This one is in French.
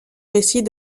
récit